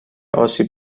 آسیب